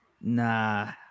Nah